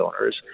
owners